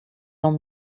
dans